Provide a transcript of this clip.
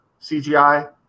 CGI